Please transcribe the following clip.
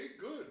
good